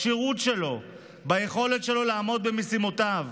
בכשירות שלו, ביכולת שלו לעמוד במשימותיו".